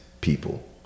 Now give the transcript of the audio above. people